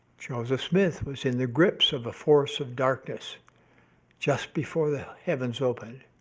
joseph smith was in the grips of a force of darkness just before the heavens opened.